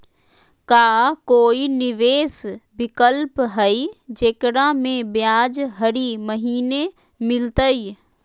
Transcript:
का कोई निवेस विकल्प हई, जेकरा में ब्याज हरी महीने मिलतई?